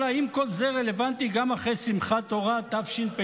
אבל האם כל זה רלוונטי גם אחרי שמחת תורה תשפ"ד?